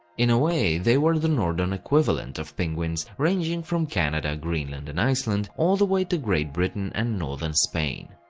in a way, they were the northern equivalent of penguins, ranging from canada, greenland and iceland, all the way to great britain and northern spain.